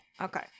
Okay